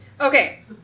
Okay